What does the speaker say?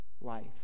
life